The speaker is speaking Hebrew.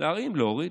להרים להוריד,